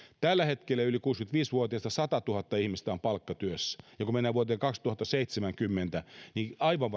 tällä hetkellä yli kuusikymmentäviisi vuotiaista satatuhatta ihmistä on palkkatyössä ja kun mennään vuoteen kaksituhattaseitsemänkymmentä niin aivan